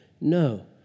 No